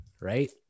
Right